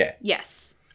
Yes